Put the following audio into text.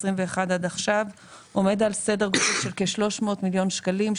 עד עכשיו עומד על סדר של כ-300 מיליון שקלים.